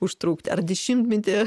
užtrukti dešimtmetį